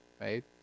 right